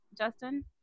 justin